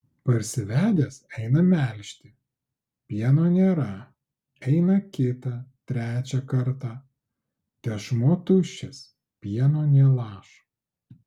parsivedęs eina melžti pieno nėra eina kitą trečią kartą tešmuo tuščias pieno nė lašo